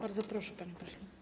Bardzo proszę, panie pośle.